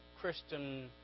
Christian